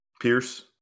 Pierce